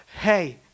hey